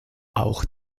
auch